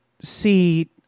see